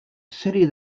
city